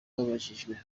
babajijwe